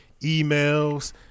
emails